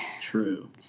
True